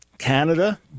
Canada